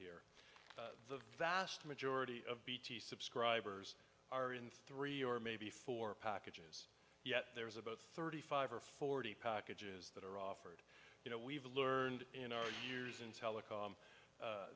here the vast majority of bt subscribers are in three or maybe four packages yet there is about thirty five or forty packages that are offered you know we've learned you know years in telecom